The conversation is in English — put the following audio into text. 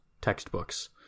textbooks